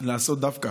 לעשות דווקא